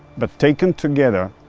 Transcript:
but taken together,